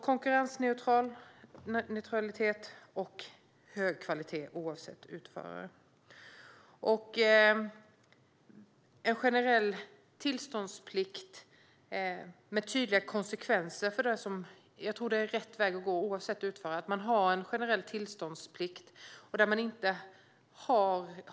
Konkurrensneutralitet och hög kvalitet oavsett utförare är alltså skälet. En generell tillståndsplikt med tydliga konsekvenser är rätt väg att gå, tror jag. Man ska ha en generell tillståndsplikt oavsett utförare.